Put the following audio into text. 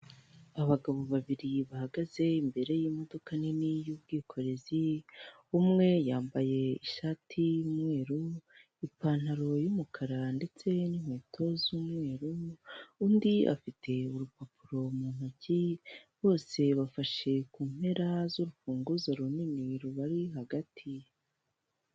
Abagabo babiri bahagaze imbere y'imodoka nini y'ubwikorezi, umwe yambaye ishati y'umweru, ipantaro y'umukara ndetse n'inkweto z'umweru, undi afite urupapuro mu ntoki bose bafashe ku mpera z'urufunguzo runini rubari hagati.